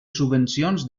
subvencions